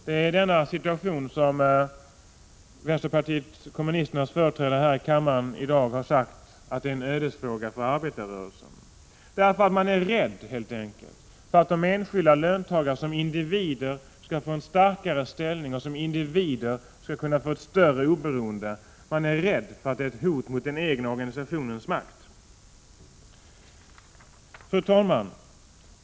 Det är denna situation som vänsterpartiet kommunisternas företrädare här i kammaren i dag har beskrivit som en ödesfråga för arbetarrörelsen, därför att man helt enkelt är rädd för att de enskilda löntagarna som individer skall få en starkare ställning och kunna få ett större oberoende. Man är rädd för att detta skall innebära ett hot mot den egna organisationens makt. Fru talman!